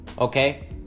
Okay